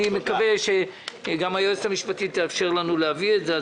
אני מקווה שגם היועצת המשפטית תאפשר לנו להביא את זה.